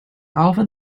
alvin